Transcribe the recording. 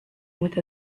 with